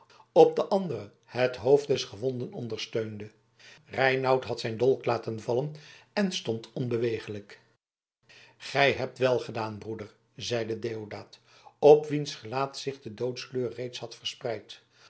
op de andere het hoofd des gewonden ondersteunde reinout had zijn dolk laten vallen en stond onbeweeglijk gij hebt welgedaan broeder zeide deodaat op wiens gelaat zich de doodskleur reeds had verspreid